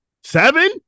Seven